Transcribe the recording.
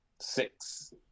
Six